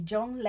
John